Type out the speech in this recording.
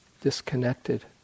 disconnected